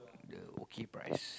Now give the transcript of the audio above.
the okay price